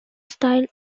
style